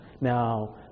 Now